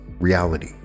reality